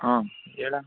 ಹಾಂ ಹೇಳ